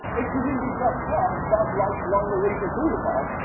it's presumably just passed bud light lime-a-rita boulevard.